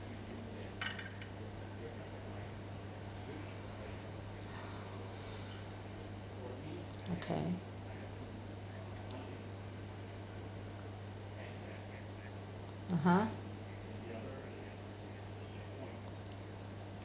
okay (uh huh)